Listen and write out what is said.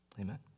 amen